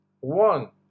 one